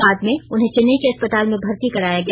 बाद में उन्हें चेन्नई के अस्पताल में भर्ती कराया गया